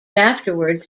afterwards